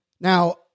Now